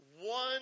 one